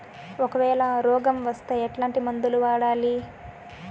ఒకవేల రోగం వస్తే ఎట్లాంటి మందులు వాడాలి?